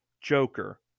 Joker